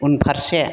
उनफारसे